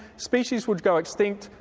species would go extinct,